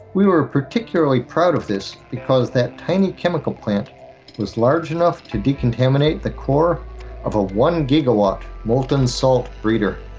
we were particularly proud of this, because that tiny chemical plant was large enough to decontaminate the core of a one gigawatt molten-salt breeder.